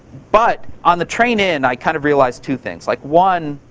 but, on the train in, i kind of realized two things. like one,